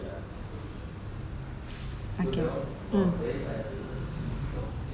okay mm